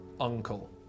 uncle